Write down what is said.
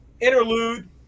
interlude